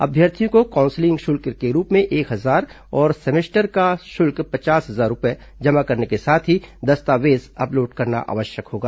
अभ्यर्थियों को काउंसिलिंग शुल्क के रूप में एक हजार और एक सेमेस्टर का शुल्क पचास हजार रूपये जमा करने के साथ ही दस्तावेज अपलोड करना आवश्यक होगा